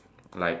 like